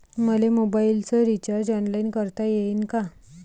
मले मोबाईलच recharge online करता येईन का?